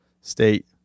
state